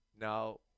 now